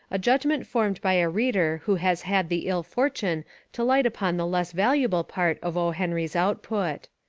a judgment formed by a reader who has had the ill-fortune to light upon the less valuable part of o. henry's output.